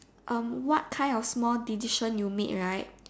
um what kind of small decision you made right